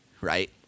right